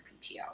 PTO